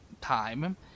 time